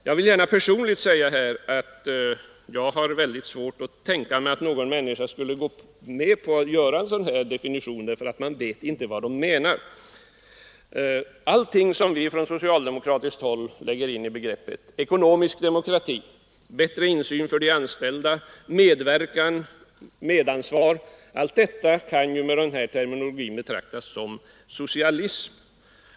Jag har personligen svårt att tänka mig att någon människa skulle gå med på att göra en sådan här definition därför att man inte vet vad moderaterna egentligen menar. Allt som vi socialdemokrater lägger in i begreppet — ekonomisk demokrati, bättre insyn för de anställda, medverkan och medansvar — kan med denna terminologi betraktas som socialistiskt.